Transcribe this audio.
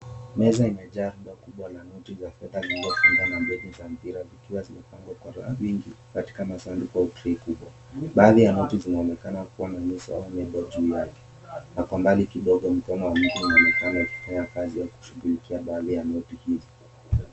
Mezaa imejaa ndoo kubwa la noti za fedha zilizofungwa na mbenu za mpira zikiwa zimepangwa kwa wingi katika masanduku au trei kubwa. Baadhi ya noti zinaonekana kuwa na nyuso ya nembo juu yake na kwa mbali kidogo mkono wa mtu unaonekana ukifanya kazi au kushughulikia baadhi ya noti hizi.